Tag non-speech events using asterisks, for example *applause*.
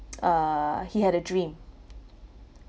*noise* uh he had a dream